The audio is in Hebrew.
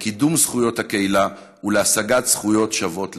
לקידום זכויות הקהילה ולהשגת זכויות שוות לכול.